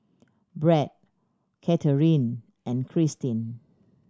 Brad Katharyn and Cristin